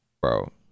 Bro